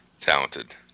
talented